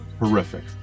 horrific